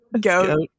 goat